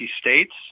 states